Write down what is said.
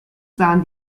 sahen